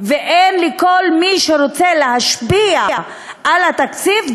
ואין לכל מי שרוצה אפשרות להשפיע על התקציב.